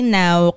now